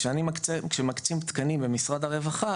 כשמקצים תקנים במשרד הרווחה,